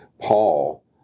Paul